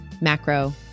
macro